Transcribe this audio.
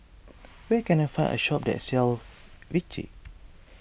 where can I find a shop that sells Vichy